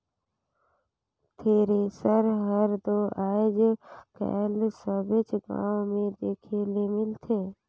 thresher हर दो आएज काएल सबेच गाँव मे देखे ले मिलथे